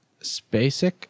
Spacek